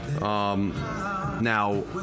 now